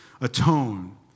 atone